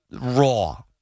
raw